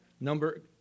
number